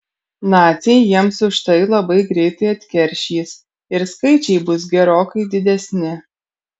naciai jiems už tai labai greitai atkeršys ir skaičiai bus gerokai didesni